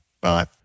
Bye